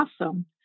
awesome